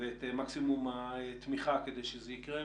ואת מקסימום התמיכה כדי שזה יקרה.